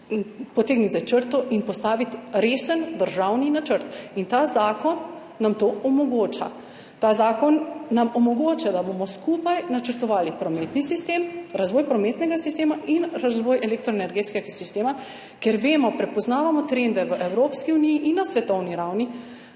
potegniti črto in postaviti resen državni načrt. In ta zakon nam to omogoča. Ta zakon nam omogoča, da bomo skupaj načrtovali razvoj prometnega sistema in razvoj elektroenergetskega sistema, ker vemo, prepoznavamo trende v Evropski uniji in na svetovni ravni,